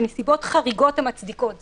בנסיבות חריגות המצדיקות זאת",